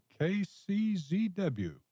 KCZW